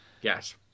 Yes